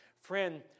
Friend